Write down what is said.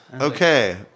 Okay